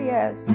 Yes